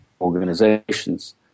organizations